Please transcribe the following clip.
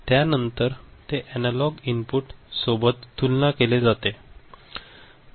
त्यानंतर ते analogue input सोबत तुलना केले जाते